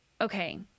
okay